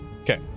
Okay